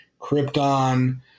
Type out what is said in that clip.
Krypton